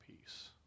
peace